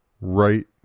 right